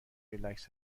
ریلکس